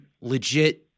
legit